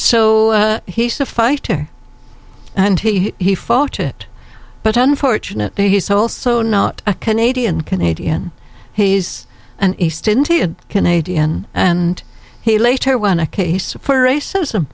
so he's a fighter and he fought it but unfortunately he's also not a canadian canadian he's an east indian canadian and he later when a case for racism